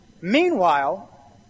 Meanwhile